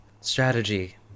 strategy